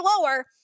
lower